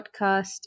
podcast